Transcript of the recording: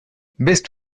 baisse